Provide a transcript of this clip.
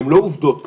הן לא עובדות כרגע,